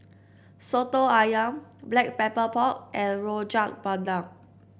Soto ayam Black Pepper Pork and Rojak Bandung